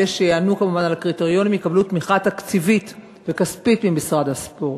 אלה שיענו על הקריטריונים יקבלו תמיכה תקציבית וכספית ממשרד הספורט.